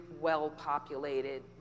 well-populated